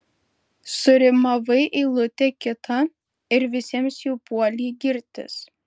surimavai eilutę kitą ir visiems jau puoli girtis